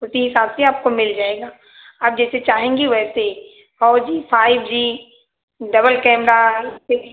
उसी हिसाब से आपको मिल जाएगा आप जैसे चाहेंगी वैसे ही four G five G double camera